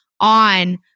on